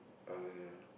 I